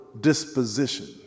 disposition